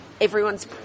everyone's